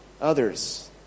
others